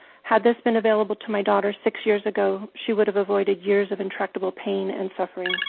had this been available to my daughter six years ago, she would have avoided years of intractable pain and suffering.